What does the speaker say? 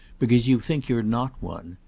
because you think you're not one.